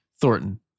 Thornton